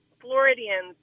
Floridians